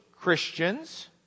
Christians